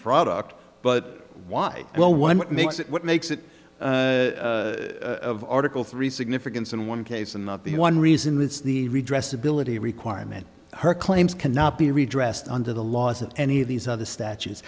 product but why well one what makes it what makes it article three significance in one case and not the one reason with the redress ability requirement her claims cannot be redressed under the laws of any of these other statues